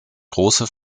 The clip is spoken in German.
große